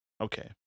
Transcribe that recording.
okay